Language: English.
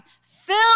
Fill